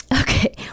Okay